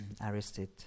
arrested